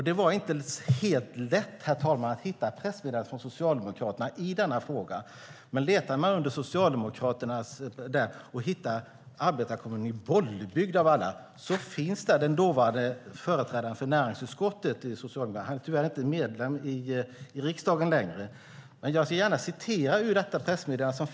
Det var inte helt lätt, herr talman, att hitta pressmeddelandet från Socialdemokraterna i denna fråga, men hos Bollebygds arbetarekommun finns den dåvarande företrädaren för näringsutskottet i Socialdemokraterna - han är tyvärr inte ledamot i riksdagen längre - och på hemsidan hittade jag ett pressmeddelande.